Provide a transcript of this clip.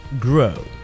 grow